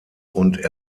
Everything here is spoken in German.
und